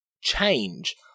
change